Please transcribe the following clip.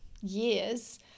years